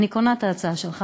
אני קונה את ההצעה שלך.